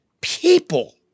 people